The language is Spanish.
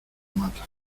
mata